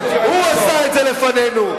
הוא עשה את זה לפנינו.